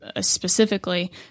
specifically